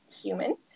human